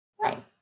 Right